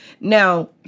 Now